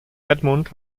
edmund